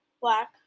black